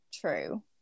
true